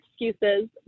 excuses